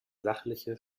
sachliche